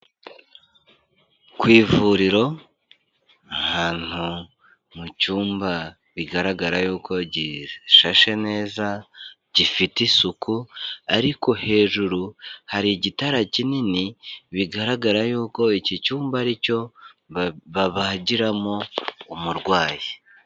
Ku ivuriro ahantu mu cyumba, bigaragara yuko gishashe neza, gifite isuku, ariko hejuru hari igitara kinini, bigaragara yuko iki cyumba aricyo babagiramo umurwayi.